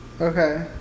Okay